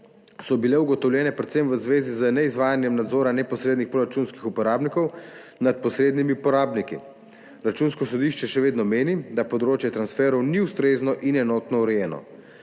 so bile ugotovljene predvsem v zvezi z neizvajanjem nadzora neposrednih proračunskih uporabnikov nad posrednimi uporabniki. Računsko sodišče še vedno meni, da področje transferjev ni ustrezno in enotno urejeno.